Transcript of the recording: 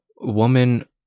woman